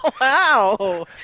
wow